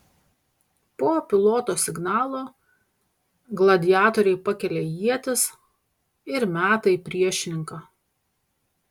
po piloto signalo gladiatoriai pakelia ietis ir meta į priešininką